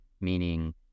meaning